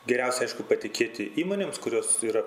geriausia aišku patikėti įmonėms kurios yra